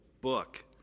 book